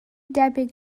debyg